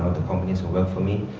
the companies who work for me,